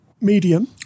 medium